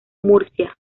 murcia